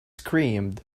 screamed